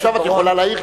עכשיו את יכולה להעיר,